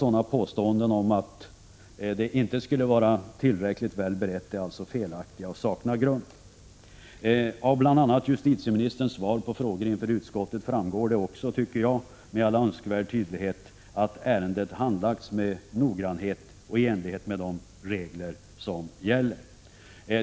Alla påståenden om att det inte skulle vara tillräckligt väl berett är således felaktiga och saknar grund. Av bl.a. justitieministerns svar på frågor inför utskottet tycker jag att det med all önskvärd tydlighet framgår att ärendet har handlagts med noggrannhet och i enlighet med de regler som gäller.